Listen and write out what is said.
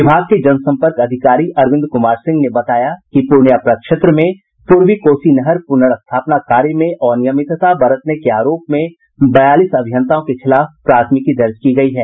विभाग के जनसंपर्क अधिकारी अरविंद कुमार सिंह ने बताया कि पूर्णिया प्रक्षेत्र में पूर्वी कोसी नहर पुनर्स्थापना कार्य में अनियमितता बरतने के आरोप में बयालीस अभियंताओं के खिलाफ प्राथमिकी दर्ज की गई है